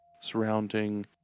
surrounding